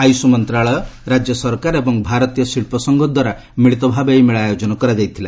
ଆୟୁଷ ମନ୍ତ୍ରଣାଳୟ ରାଜ୍ୟ ସରକାର ଏବଂ ଭାରତୀୟ ଶିଳ୍ପସଂଘ ଦ୍ୱାରା ମିଳିତଭାବେ ଏହି ମେଳା ଆୟୋଜନ କରାଯାଇଥିଲା